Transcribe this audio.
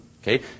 Okay